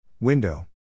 Window